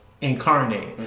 incarnate